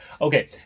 Okay